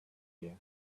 here